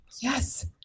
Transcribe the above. Yes